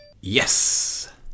Yes